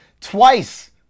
Twice